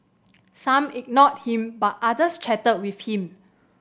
some ignored him but others chatted with him